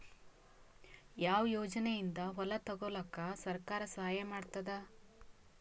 ಯಾವ ಯೋಜನೆಯಿಂದ ಹೊಲ ತೊಗೊಲುಕ ಸರ್ಕಾರ ಸಹಾಯ ಮಾಡತಾದ?